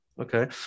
Okay